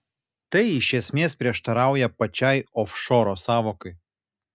tai iš esmės prieštarauja pačiai ofšoro sąvokai